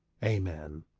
amen.